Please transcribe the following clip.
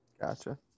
Gotcha